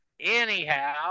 anyhow